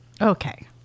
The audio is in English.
okay